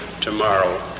tomorrow